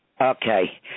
Okay